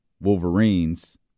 Wolverines